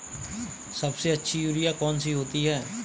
सबसे अच्छी यूरिया कौन सी होती है?